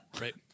right